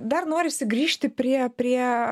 dar norisi grįžti prie prie